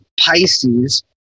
Pisces